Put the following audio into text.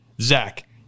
Zach